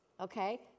Okay